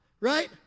right